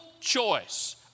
choice